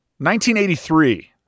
1983